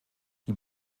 die